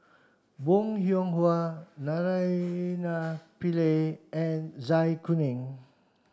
Bong Hiong Hwa Naraina Pillai and Zai Kuning